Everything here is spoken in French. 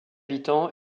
habitants